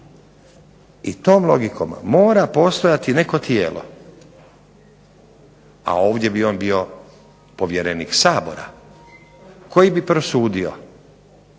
I tom logikom mora postojati neko tijelo, a ovdje bi on bio povjerenik Sabora, koji bi prosudio